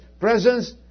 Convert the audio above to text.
presence